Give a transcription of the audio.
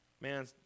Man